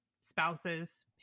spouses